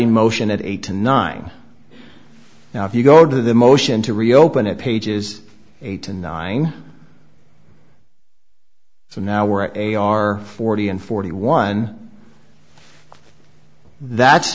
motion at eight to nine now if you go to the motion to reopen at pages eight to nine so now we're at a r forty and forty one that's